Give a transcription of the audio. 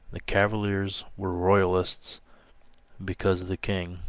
the cavaliers were royalists because the king,